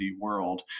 world